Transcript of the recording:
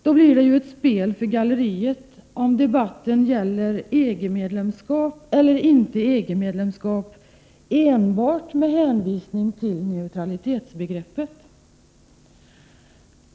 Då blir det ett spel för galleriet, om debatten gäller EG medlemskap eller inte EG-medlemskap enbart med hänvisning till neutralitetsbegreppet.